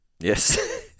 yes